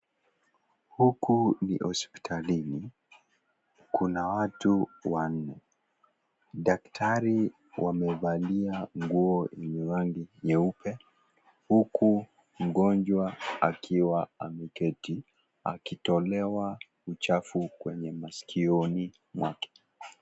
Huku ni hospitalini, kuna watu wanne. Dakitari wamevalia nguo yenye rangi nyeupe, huku mgonjwa akiwa ameketi, akitolewa uchafu kwenye masikioni mwake.